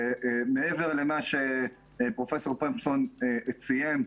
ומעבר למה שפרופ' פומזון ציין,